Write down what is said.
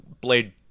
blade